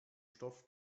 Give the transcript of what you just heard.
stoff